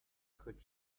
could